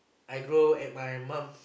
I grow at my mum